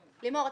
לימור,